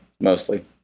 Mostly